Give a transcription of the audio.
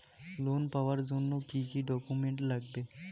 Loan পাওয়ার জন্যে কি কি ডকুমেন্ট লাগবে?